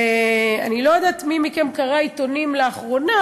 אני לא יודעת מי מכם קרא עיתונים לאחרונה,